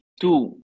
two